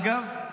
אגב,